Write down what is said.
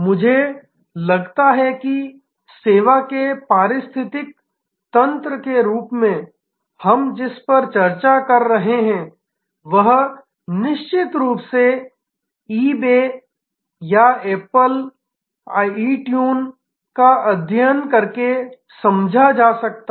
मुझे लगता है कि सेवा के पारिस्थितिकी तंत्र के रूप में हम जिस पर चर्चा कर रहे हैं वह निश्चित रूप से ईबे या ऐप्पल इट्यून का अध्ययन करके समझा जा सकता है